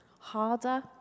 harder